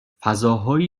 فضاهایی